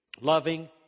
loving